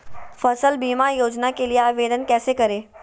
फसल बीमा योजना के लिए आवेदन कैसे करें?